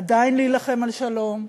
עדיין להילחם על שלום,